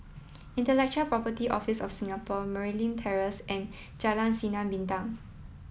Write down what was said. Intellectual Property Office of Singapore Merryn Terrace and Jalan Sinar Bintang